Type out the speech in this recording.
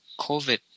COVID